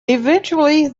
eventually